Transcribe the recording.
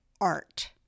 art